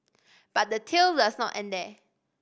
but the tail does not end there